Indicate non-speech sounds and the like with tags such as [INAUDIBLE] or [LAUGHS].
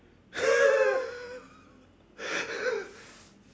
[LAUGHS]